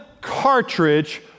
cartridge